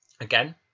Again